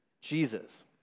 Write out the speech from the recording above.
Jesus